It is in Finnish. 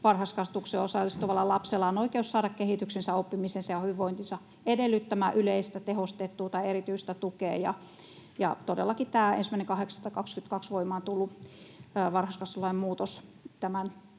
varhaiskasvatukseen osallistuvalla lapsella on oikeus saada kehityksensä, oppimisensa ja hyvinvointinsa edellyttämää yleistä, tehostettua tai erityistä tukea, ja todellakin tämä 1.8.22 voimaan tullut varhaiskasvatuslain muutos tätä